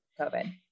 COVID